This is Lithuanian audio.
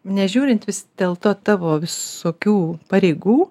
nežiūrint vis dėlto tavo visokių pareigų